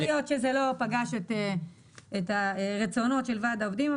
יכול להיות שזה לא פגש את הרצונות של ועד העובדים,